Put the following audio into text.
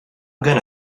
going